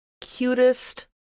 cutest